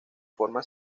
forma